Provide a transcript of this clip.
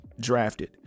drafted